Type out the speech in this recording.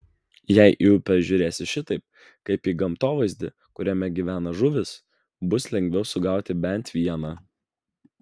jei į upę žiūrėsi šitaip kaip į gamtovaizdį kuriame gyvena žuvys bus lengviau sugauti bent vieną